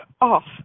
off